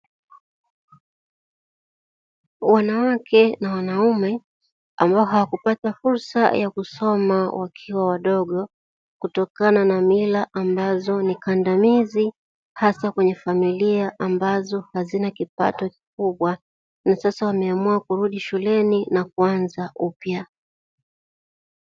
Wanawake na wanaume, ambao hawakupata fursa ya kusoma wakiwa wadogo, kutokana na mila ambazo ni kandamizi hasa kwenye familia ambazo hazina kipato kikubwa, na sasa wameamua kurudi shuleni na kuanza upya.